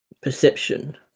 perception